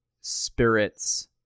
spirits